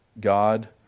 God